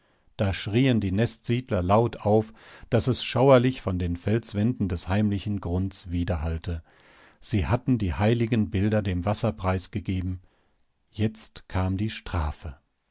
da schrien die nestsiedler laut auf daß es schauerlich von den felswänden des heimlichen grunds widerhallte sie hatten die heiligen bilder dem wasser preisgegeben jetzt kam die strafe